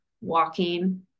walking